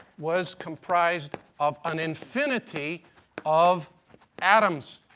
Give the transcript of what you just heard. was comprised of an infinity of atoms.